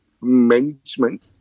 Management